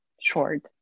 short